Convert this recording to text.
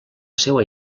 seua